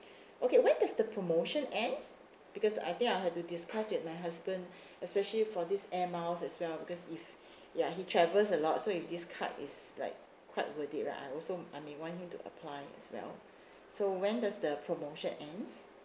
okay when does the promotion ends because I think I will have to discuss with my husband especially for this air miles as well because if ya he travels a lot so if this card is like quite worth it lah I also I may want him to apply as well so when does the the promotion ends